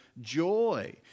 joy